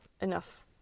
enough